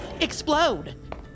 explode